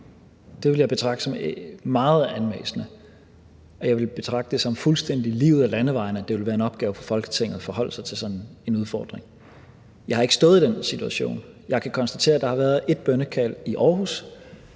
Det ville jeg betragte som meget anmassende, og jeg ville betragte det som fuldstændig lige ud ad landevejen, at det ville være en opgave for Folketinget at forholde sig til sådan en udfordring. Jeg har ikke stået i den situation. Jeg kan konstatere, at der har været ét bønnekald i Aarhus,